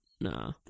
Nah